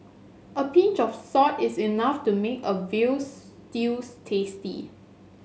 a pinch of salt is enough to make a veal stews tasty